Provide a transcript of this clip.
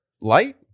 light